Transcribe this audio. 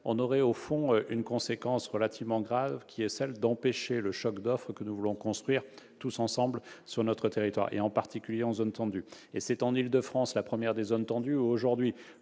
aurait une conséquence relativement grave : elle empêcherait le choc d'offre que nous voulons construire tous ensemble sur notre territoire et en particulier dans les zones tendues. Or c'est en Île-de-France, première des zones tendues, qu'aujourd'hui